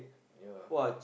ya